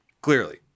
clearly